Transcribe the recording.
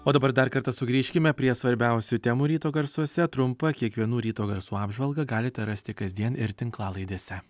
o dabar dar kartą sugrįžkime prie svarbiausių temų ryto garsuose trumpą kiekvienų ryto garsų apžvalgą galite rasti kasdien ir tinklalaidėse